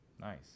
Nice